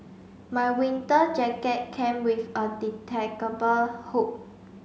my winter jacket came with a hook